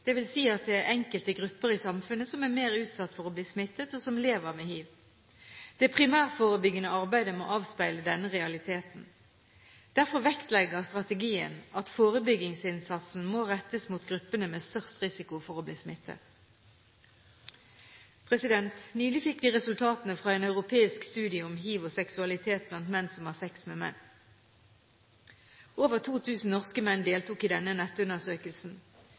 at det er enkelte grupper i samfunnet som er mer utsatt for å bli smittet, og som lever med hiv. Det primærforebyggende arbeidet må avspeile denne realiteten. Derfor vektlegger strategien at forebyggingsinnsatsen må rettes mot gruppene med størst risiko for å bli smittet. Nylig fikk vi resultatene fra en europeisk studie om hiv og seksualitet blant menn som har sex med menn. Over 2 000 norske menn deltok i denne nettundersøkelsen.